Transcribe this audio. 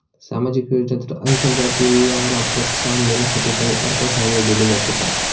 सामाजिक योजनेतून आंतरजातीय विवाहाला प्रोत्साहन देण्यासाठी काही अर्थसहाय्य दिले जाते का?